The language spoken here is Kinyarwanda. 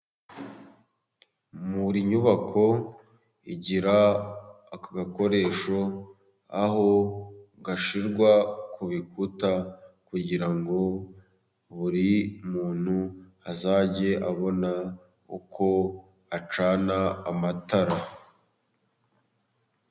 Buri nyubako igira aka agakoresho aho gashirwa ku bikuta, kugirango buri muntu azajye abona uko acana amatara.